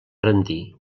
rendir